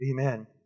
Amen